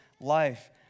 life